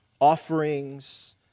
offerings